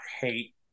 hate